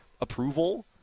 approval